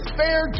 fair